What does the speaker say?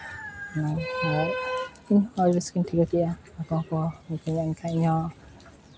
ᱤᱧ ᱦᱚᱸ ᱟᱹᱰᱤ ᱨᱟᱹᱥᱠᱟᱹᱧ ᱴᱷᱤᱠᱟᱹ ᱜᱮᱫᱼᱟ ᱟᱠᱚ ᱦᱚᱸᱠᱚ ᱢᱤᱛᱟᱹᱧᱟ ᱮᱱᱠᱷᱟᱱ ᱤᱧᱦᱚᱸ